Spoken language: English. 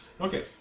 Okay